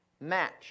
match